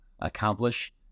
accomplish